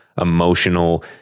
emotional